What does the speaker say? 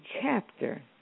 chapter